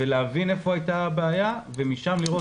ולהבין איפה הייתה הבעיה ומשם לראות